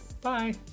Bye